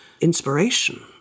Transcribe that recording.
inspiration